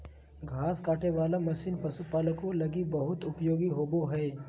घास काटे वाला मशीन पशुपालको लगी बहुत उपयोगी होबो हइ